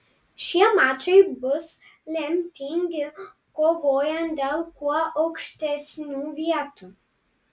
šie mačai bus lemtingi kovojant dėl kuo aukštesnių vietų